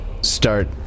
start